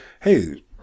hey